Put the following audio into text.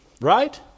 Right